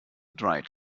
dried